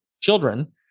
children